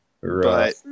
Right